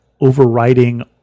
overriding